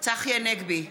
צחי הנגבי,